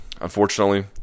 unfortunately